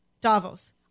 Davos